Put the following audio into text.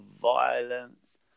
violence